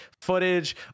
footage